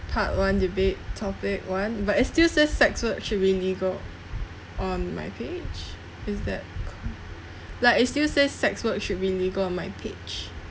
part one debate topic one but it still says sex work should be legal on my page is that co~ like it still says sex work should be legal on my page